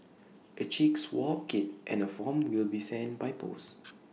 A cheek swab kit and A form will be sent by post